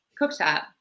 cooktop